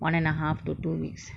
one and a half to two weeks